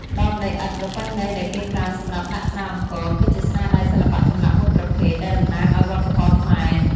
ដបដីឥដ្ឋប្រពៃណីដែលគេប្រើសម្រាប់ដាក់ស្រាអង្ករ គឺជាស្នាដៃសិល្បៈចម្លាក់មួយប្រភេទ ដែលតំណាងឱ្យវប្បធម៌ខ្មែរ។